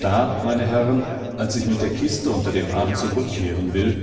da meine herren als ich mit der kiste unter dem arm zurückkehren will